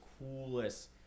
coolest